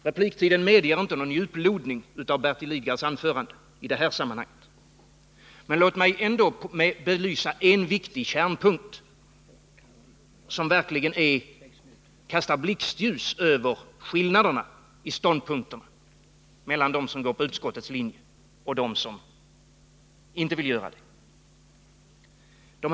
Repliktiden medger inte någon djuplodning i Bertil Lidgards anförande, men låt mig belysa en viktig kärnpunkt, som verkligen kastar blixtljus över skillnaderna i ståndpunkter mellan dem som följer utskottets linje och dem som inte vill göra det.